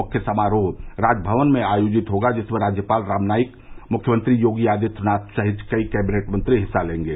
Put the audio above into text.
मुख्य समारोह राजभवन में आयोजित होगा जिसमें राज्यपाल राम नाईक मुख्यमंत्री योगी आदित्यनाथ सहित कई कैंबिनेट मंत्री हिस्सा लेंगे